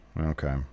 Okay